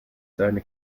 seine